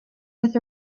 with